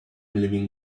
leaving